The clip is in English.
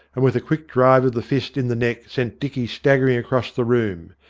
and with a quick drive of the fist in the neck sent dicky staggering across the room.